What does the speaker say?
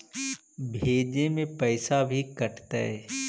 भेजे में पैसा भी कटतै?